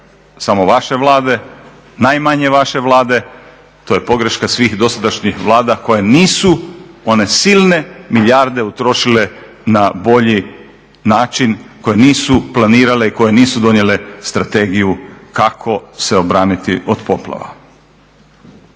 samo vaše Vlade, najmanje vaše Vlade. To je pogreška svih dosadašnjih Vlada koje nisu one silne milijarde utrošile na bolji način, koje nisu planirale i koje nisu donijele strategiju kako se obraniti od poplava.